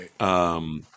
Right